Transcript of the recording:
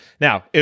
Now